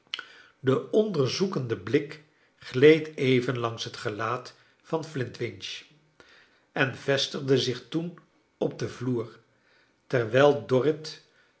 de onderzoekende blik gleed even langs het gelaat van flintwinch en vestigde zich toen op den vloer terwijl